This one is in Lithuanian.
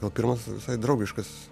gal pirmas visai draugiškas